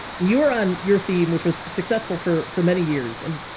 and, you were on your theme, which was successful for for many years and,